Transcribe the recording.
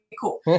cool